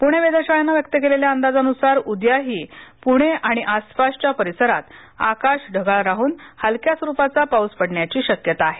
पुणे वेधशाळेनं व्यक्त केलेल्या अंदाजानुसार उद्याही पुणे आणि आसपासच्या परिसरात आकाश ढगाळ राहून हलक्या स्वरूपाचा पाऊस पडण्याची शक्यता आहे